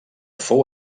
fou